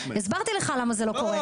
הסברתי לך למה זה לא קורה.